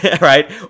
right